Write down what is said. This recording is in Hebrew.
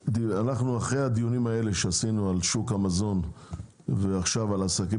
אחרי הדיונים שקיימנו על שוק המזון ועכשיו על העסקים